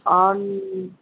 on